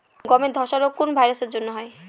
গমের ধসা রোগ কোন ভাইরাস এর জন্য হয়?